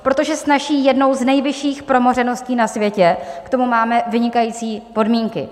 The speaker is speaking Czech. Protože s naší jednou z nejvyšších promořeností na světě k tomu máme vynikající podmínky.